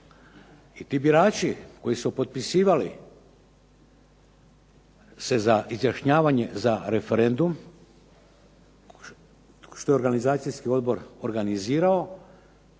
I ti birači koji su potpisivali se za izjašnjavanje za referendum, što je organizacijski odbor organizirao